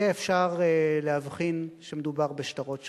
יהיה אפשר להבחין שמדובר בשטרות שונים.